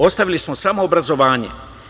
Ostavili smo samo obrazovanje.